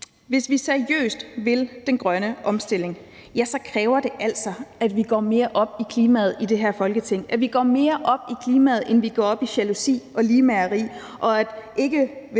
Hvis vi seriøst vil den grønne omstilling, kræver det altså, at vi går mere op i klimaet i det her Folketing, at vi går mere op i klimaet, end vi går op i jalousi og ligemageri